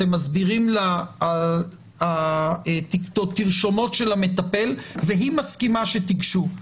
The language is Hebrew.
אתם מסבירים לה שצריכים את התרשומות של המטפל והיא מסכימה שתיגשו.